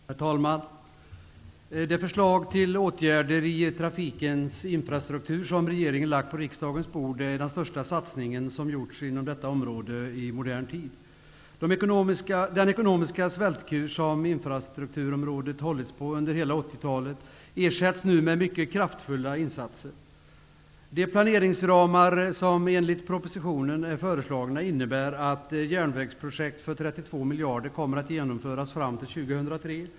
Herr talman! Det förslag till åtgärder i trafikens infrastruktur som regeringen lagt på riksdagens bord är den största satsning som gjorts inom detta område i modern tid. Den ekonomiska svältkur som infrastrukturområdet hållits på under hela 80 talet ersätts nu med mycket kraftfulla insatser. miljarder kommer att genomföras fram till år 2003.